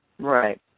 Right